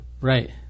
Right